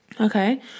Okay